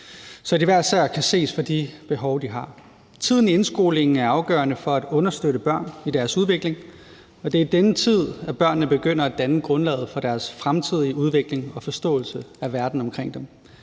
så de hver især kan blive set med de behov, de har. Tiden i indskolingen er afgørende for at understøtte børn i deres udvikling, og det er i denne tid, at børnene begynder at danne grundlaget for deres fremtidige udvikling og deres forståelse af verden omkring dem.